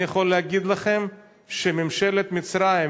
אני יכול להגיד לכם שממשלת מצרים,